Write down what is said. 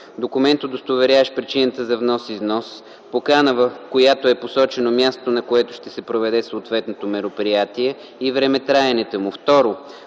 документ, удостоверяващ причината за внос/износ – покана, в която е посочено мястото, на което ще се проведе съответното мероприятие, и времетраенето му;